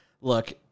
look